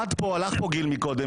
היה פה קודם גיל,